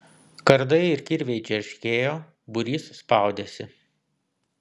kardai ir kirviai džerškėjo būrys spaudėsi